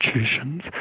institutions